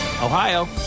Ohio